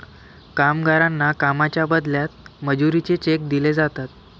कामगारांना कामाच्या बदल्यात मजुरीचे चेक दिले जातात